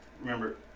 Remember